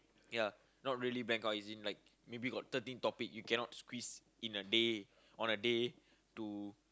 ya not really blank out as in like maybe thirteen topic you cannot squeeze in a day on a day to